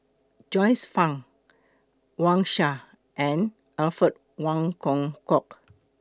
Joyce fan Wang Sha and Alfred Wong Hong Kwok